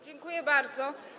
Dziękuję bardzo.